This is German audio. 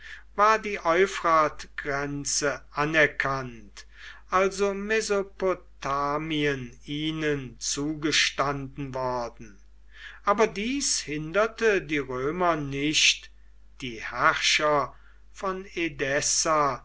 war die euphratgrenze anerkannt also mesopotamien ihnen zugestanden worden aber dies hinderte die römer nicht die herrscher von